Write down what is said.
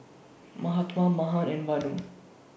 Mahatma Mahan and Vanu